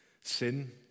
sin